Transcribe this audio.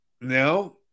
now